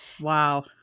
Wow